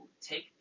take